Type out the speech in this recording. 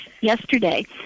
yesterday